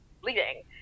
bleeding